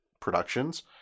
Productions